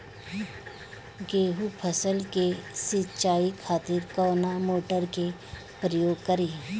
गेहूं फसल के सिंचाई खातिर कवना मोटर के प्रयोग करी?